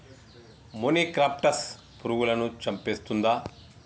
మొనిక్రప్టస్ పురుగులను చంపేస్తుందా?